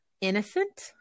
innocent